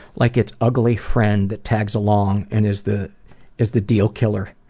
like its ugly friend that tags along and is the is the deal-killer.